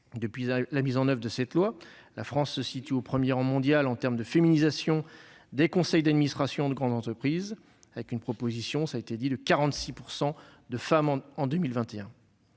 depuis la mise en oeuvre de ce texte. Ainsi, la France se situe au premier rang mondial en termes de féminisation des conseils d'administration des grandes entreprises, avec une proportion de 46 % de femmes en 2021.